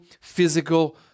physical